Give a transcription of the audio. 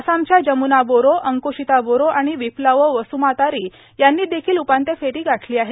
आसामच्या जमुना बोरो अन्क्राशता बोरो आणि प्विलावो बसुमातारी यांनी देखील उपांत्य फेरो गाठली आहे